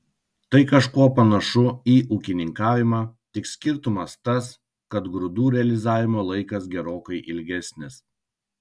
tai kažkuo panašu į ūkininkavimą tik skirtumas tas kad grūdų realizavimo laikas gerokai ilgesnis